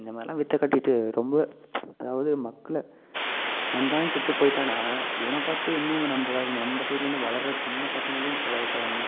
இந்தமாதிரிலாம் வித்தைக்காட்டிட்டு ரொம்ப அதாவது மக்களை இவன்தான் கெட்டு போயிவிட்டானா இவனை பார்த்து இன்னும் நம்ப வ நம்ப சைட்லருந்து வளர்ற சின்ன பசங்களையும் கெட வைக்கிறானுங்க